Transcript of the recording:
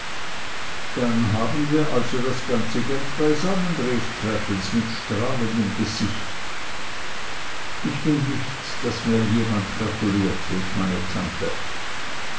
dann haben wir also das ganze geld beisammen rief traddles mit strahlendem gesicht ich will nicht daß mir jemand gratuliert rief meine tante